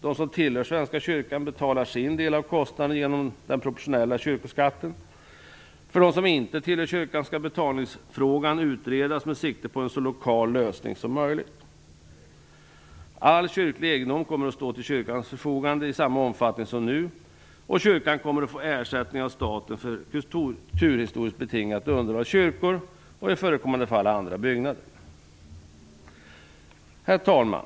De som tillhör Svenska kyrkan betalar sin del av kostnaden genom den proportionella kyrkoskatten. För dem som inte tillhör kyrkan skall betalningsfrågan utredas med sikte på en så lokal lösning som möjligt. All kyrklig egendom kommer att stå till kyrkans förfogande i samma omfattning som nu, och kyrkan kommer att få ersättning av staten för kulturhistoriskt betingat underhåll av kyrkor och i förekommande fall andra byggnader. Herr talman!